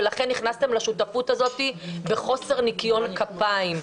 ולכן נכנסתם לשותפות הזאת בחוסר ניקיון כפיים.